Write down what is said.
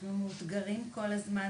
אנחנו מאותגרים כל הזמן,